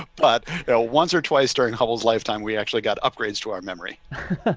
but once or twice during hubble's lifetime, we actually got upgrades to our memory.